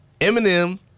Eminem